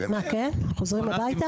מה כן חוזרים הביתה?